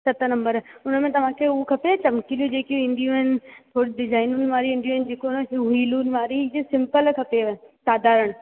सत नंबर हुन में तव्हांखे हू खपे चमकीलियूं जेकी ईंदियूं आहिनि थोरी डिजाइनुनि वारियूं ईंदियूं आहिनि जेको न रीलुनि वारी जा सिंपल खपेव साधारण